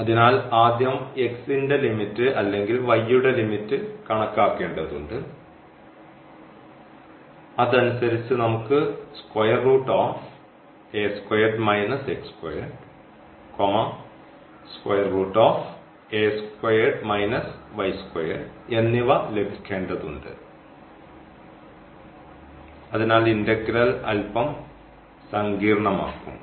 അതിനാൽ ആദ്യം x ൻറെ ലിമിറ്റ് അല്ലെങ്കിൽ y യുടെ ലിമിറ്റ് കണക്കാക്കേണ്ടതുണ്ട് അതനുസരിച്ച് നമുക്ക് എന്നിവ ലഭിക്കേണ്ടതുണ്ട് അതിനാൽ ഇന്റഗ്രൽ അല്പം സങ്കീർണ്ണമാക്കും